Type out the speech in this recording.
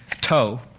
toe